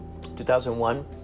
2001